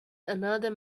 another